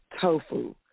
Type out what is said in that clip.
tofu